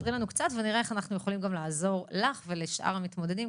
ספרי לנו קצת ונראה איך אנחנו יכולים גם לעזור לך ולשאר המתמודדים.